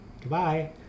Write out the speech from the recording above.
Goodbye